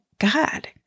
God